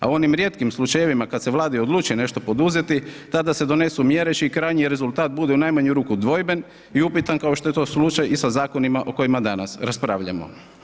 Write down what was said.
A u onim rijetkim slučajevima kad se Vlada odluči nešto poduzeti, tada se donesu mjere čiji krajnji rezultat bude u najmanju ruju dvojben i upitan kao što je ti slučaj i sa zakonima o kojima danas raspravljamo.